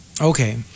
okay